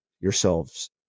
yourselves